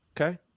Okay